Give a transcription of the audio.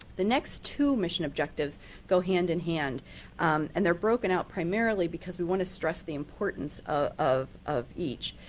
the next two mission objectives go hand-in-hand and they are broken out primarily because we want to stress the importance of of each.